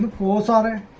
was ah but